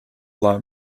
long